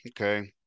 Okay